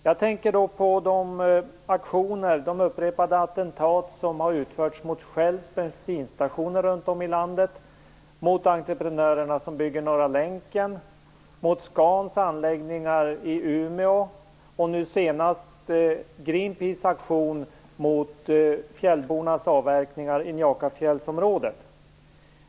Jag tänker på de aktioner och upprepade attentat som har utförts mot Shells bensinstationer runt om i landet, mot entreprenörerna som bygger Norra länken, mot Scans anläggningar i Umeå och nu senast Greenpeaces aktion mot fjällbornas avverkningar i Njakafjällsområdet.